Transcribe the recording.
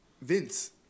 Vince